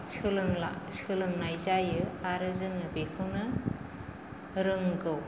सोलोंला सोलोंनाय जायो आरो जोङो बेखौनो रोंगौ